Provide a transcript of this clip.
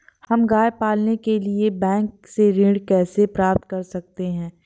हम गाय पालने के लिए बैंक से ऋण कैसे प्राप्त कर सकते हैं?